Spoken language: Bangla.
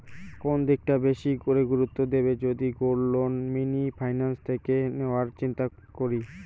কোন দিকটা বেশি করে গুরুত্ব দেব যদি গোল্ড লোন মিনি ফাইন্যান্স থেকে নেওয়ার চিন্তা করি?